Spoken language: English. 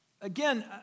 Again